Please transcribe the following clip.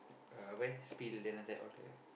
uh where spill then after that all the